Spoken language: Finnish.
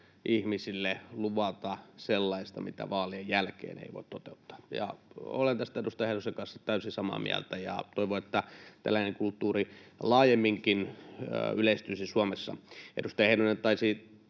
ihmisille luvata sellaista, mitä vaalien jälkeen ei voi toteuttaa. Olen tästä edustaja Heinosen kanssa täysin samaa mieltä, ja toivon, että tällainen kulttuuri laajemminkin yleistyisi Suomessa. Edustaja Heinonen taisi